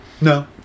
No